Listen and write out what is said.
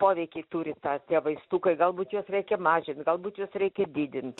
poveikį turi tą tie vaistukai galbūt juos reikia mažint galbūt juos reikia didint